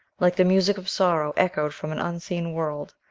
like the music of sorrow echoed from an unseen world.